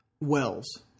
Wells